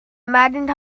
imagined